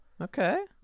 Okay